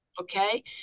okay